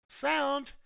sound